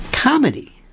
Comedy